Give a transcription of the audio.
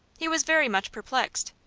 he was very much perplexed.